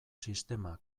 sistema